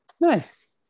Nice